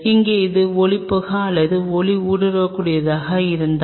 இங்கே இது ஒளிபுகா அல்லது ஒளிஊடுருவக்கூடியதாக இருந்தது